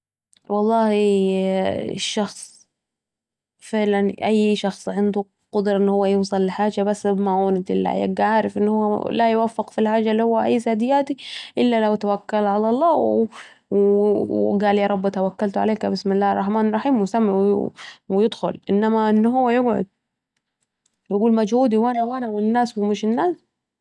والله الشخص فعلاً ، اي شخص يقدر للحاجة الي هو عايزها بس بمعونت الله يبقي عارف أنه لا يوفق في للحاجه الي هو عايزها دياتي الا لو توكل على الله و قال يارب توكلت عليك و يسمي الله ويدخل ، انما ان هو يقعد يقول مجهودي و مش مجهودي و الناس و مش الناس